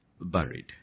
buried